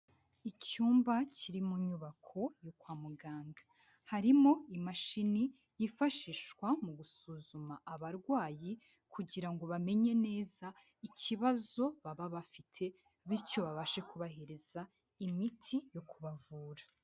Icyumba kiri mu nyubako yo kwa muganga, harimo imashini yifashishwa mu gusuzuma abarwayi kugira ngo bamenye neza ikibazo baba bafite, bityo babashe kubahiriza imiti yo kubavura.